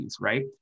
right